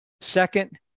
Second